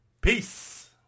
Peace